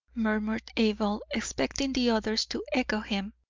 murmured abel, expecting the others to echo him.